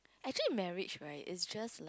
actually marriage right is just